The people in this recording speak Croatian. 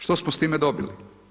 Što smo s time dobili?